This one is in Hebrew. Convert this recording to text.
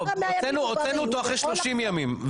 לא, הוצאנו אותו אחרי 30 ימים.